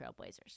Trailblazers